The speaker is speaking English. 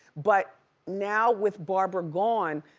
but now with barbara gone,